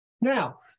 Now